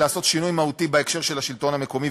לעשות שינוי מהותי בהקשר של השלטון המקומי,